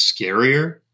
scarier